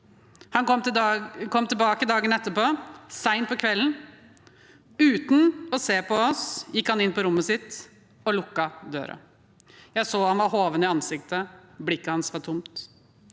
Han kom tilbake dagen etterpå, sent på kvelden. Uten å se på oss gikk han inn på rommet sitt og lukket døren. Jeg så han var hoven i ansiktet. Blikket hans var tomt.